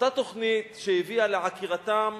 אותה תוכנית שהביאה לעקירתם,